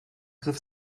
griff